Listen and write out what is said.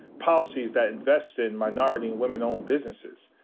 policies that invest in minority and women-owned businesses,